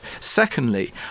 Secondly